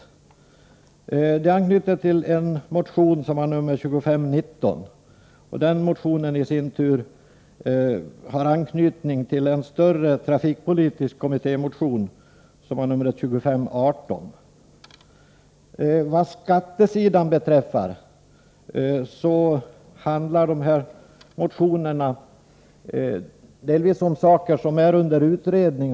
17 maj 1984 Detta yttrande anknyter till motion 2519, vilken i sin tur har anknytning till en mera omfattande trafikpolitisk motion, nämligen motion 2518. I skattehänseende handlar motionerna i viss mån om sådant som är under utredning.